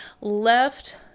left